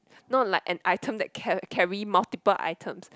not like an item that car~ carry multiple items